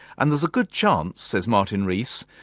and there's a good chance, says martin rees,